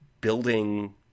building